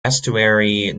estuary